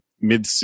mid